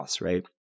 right